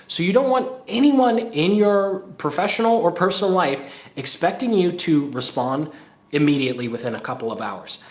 so you don't want anyone in your professional or personal life expecting you to respond immediately within a couple of hours.